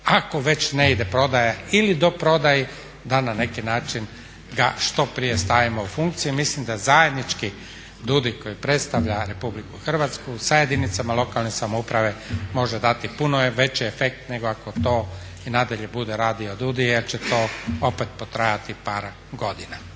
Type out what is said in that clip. ako već ne ide prodaja ili do prodaje da na neki način ga što prije stavimo u funkciju. I mislim da zajednički DUUDI koji predstavlja RH sa jedinicama lokalne samouprave može dati puno veći efekt nego ako to i na dalje bude radio DUUDI jer će to opet potrajati par godina.